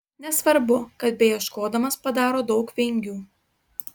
nesvarbu kad beieškodamas padaro daug vingių